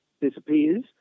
disappears